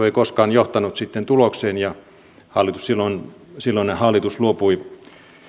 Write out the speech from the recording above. ei koskaan johtanut tulokseen ja silloinen hallitus luopui